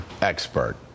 expert